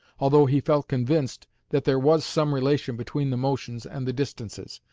although he felt convinced that there was some relation between the motions and the distances,